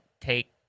take